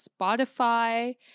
Spotify